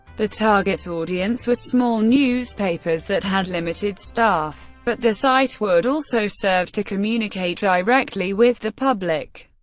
the target audience was small newspapers that had limited staff, but the site would also serve to communicate directly with the public.